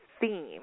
theme